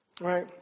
right